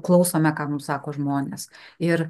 klausome ką mums sako žmonės ir